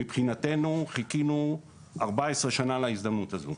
שמבחינתנו חיכינו 14 שנה להזדמנות הזו.